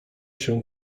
się